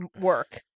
work